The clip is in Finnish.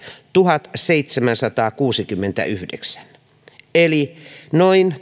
tuhatseitsemänsataakuusikymmentäyhdeksän eli noin